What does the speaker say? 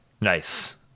Nice